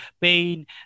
pain